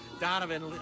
Donovan